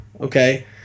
okay